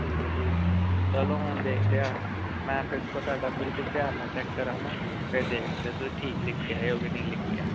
ਠੀਕ ਠੀਕ ਚਲੋ ਹੁਣ ਦੇਖਦੇ ਹਾਂ ਮੈਂ ਪੇਪਰ ਤੁਹਾਡਾ ਬਿਲਕੁਲ ਧਿਆਨ ਨਾਲ ਚੈੱਕ ਕਰਾਂਗਾ ਫਿਰ ਦੇਖਦੇ ਤੁਸੀਂ ਠੀਕ ਲਿਖ ਕੇ ਆਏ ਹੋ ਕਿ ਨਹੀਂ ਲਿਖ ਕੇ ਆਏ